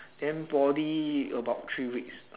then poly about three weeks